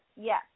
Yes